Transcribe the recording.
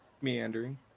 Meandering